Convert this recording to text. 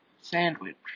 sandwich